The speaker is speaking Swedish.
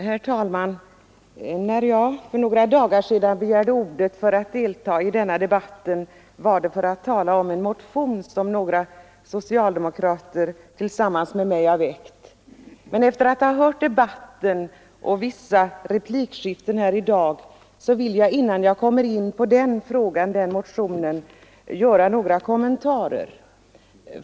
Herr talman! När jag för några dagar sedan anmälde mig för deltagande i denna debatt var det för att tala för en motion som några partikamrater och jag har väckt, men efter att ha lyssnat på vissa replikskiften i dagens överläggningar vill jag göra en kommentar innan jag kommer in på den motionen.